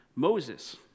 Moses